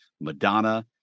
Madonna